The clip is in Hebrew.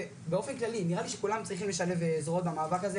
ובאופן כללי נראה לי שכולם צריכים לשלב זרועות במאבק הזה